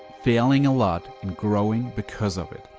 failing a lot and growing because of it.